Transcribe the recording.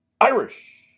Irish